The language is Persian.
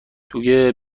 توی